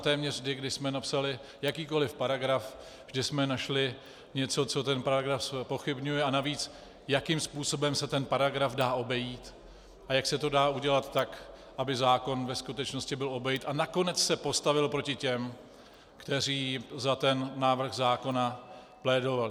Téměř vždy, když jsme napsali jakýkoliv paragraf, vždy jsme našli něco, co ten paragraf zpochybňuje, a navíc jakým způsobem se ten paragraf dá obejít a jak se to dá udělat tak, aby zákon ve skutečnosti byl obejit a nakonec se postavil proti těm, kteří za ten návrh zákona plédovali.